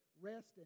rest